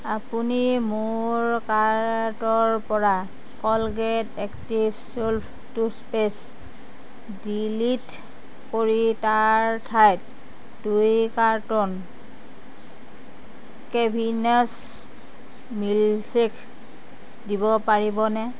আপুনি মোৰ কাৰ্টৰ পৰা Colgate active salt toothpaste delete কৰি তাৰ ঠাইত দুই কাৰ্টন কেভিনেছ মিল্শ্বেক দিব পাৰিবনে